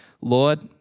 Lord